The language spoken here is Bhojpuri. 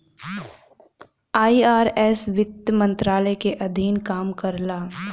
आई.आर.एस वित्त मंत्रालय के अधीन काम करला